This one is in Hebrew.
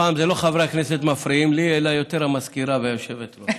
הפעם לא חברי הכנסת מפריעים לי אלא יותר המזכירה והיושבת-ראש.